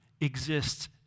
exists